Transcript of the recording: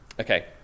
Okay